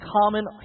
common